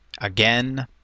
again